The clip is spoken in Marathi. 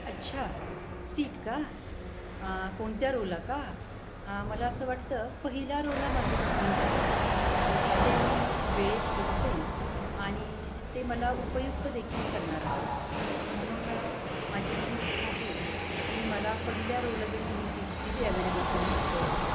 अच्छा सीट का कोणत्या रोला का मला असं वाटतं पहिल्या रोला माझं बुकिंग करा तिथे मी वेळेत पोहोचेन आणि ते मला उपयुक्त देखील ठरणार आहे म्हणून माझी अशी इच्छा आहे की मला पहिल्या रोला जर तुम्ही सीट्स दिली अव्हेलेबल करून तर बरं होईल